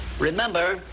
remember